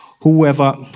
whoever